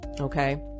okay